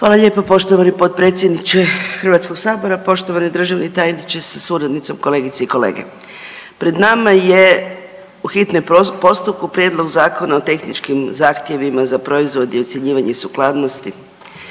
Hvala lijepo poštovani potpredsjedniče Hrvatskoga sabora, poštovani državni tajniče sa suradnicom, kolegice i kolege. Pred nama je u hitnom postupku Prijedlog Zakona o tehničkim zahtjevima za proizvode i ocjenjivanje sukladnosti.